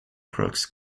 crooks